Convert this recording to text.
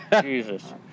Jesus